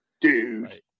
Dude